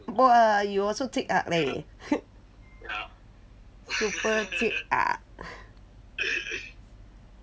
!wah! you also cek ak leh super cek ak